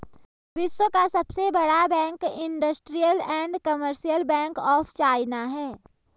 विश्व का सबसे बड़ा bank Industrial and Commercial Bank of China है